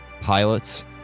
pilots